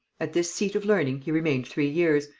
at this seat of learning he remained three years,